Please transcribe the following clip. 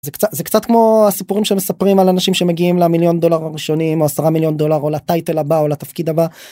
זה קצת זה קצת כמו הסיפורים שמספרים על אנשים שמגיעים למיליון דולר הראשונים עשרה מיליון דולר או לטייטל הבא או לתפקיד הבא.